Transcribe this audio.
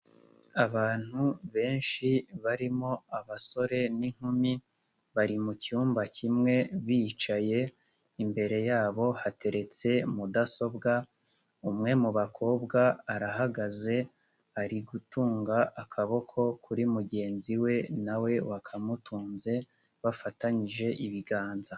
Abantu benshi barimo abasore n'inkumi bari mu cyumba kimwe bicaye, imbere yabo hateretse mudasobwa, umwe mu bakobwa arahagaze ari gutunga akaboko kuri mugenzi we nawe we bakamutunze bafatanyije ibiganza.